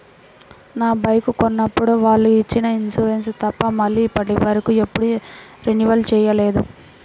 నా బైకు కొన్నప్పుడు వాళ్ళు ఇచ్చిన ఇన్సూరెన్సు తప్ప మళ్ళీ ఇప్పటివరకు ఎప్పుడూ రెన్యువల్ చేయలేదు